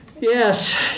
Yes